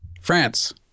France